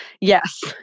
yes